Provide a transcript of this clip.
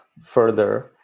further